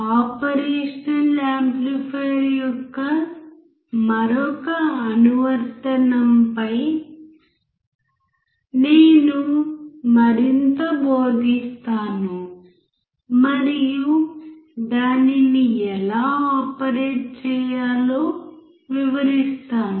operational amplifier యొక్క మరొక అనువర్తనంపై నేను మరింత బోధిస్తాను మరియు దానిని ఎలా ఆపరేట్ చేయాలో వివరిస్తాను